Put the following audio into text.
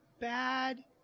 bad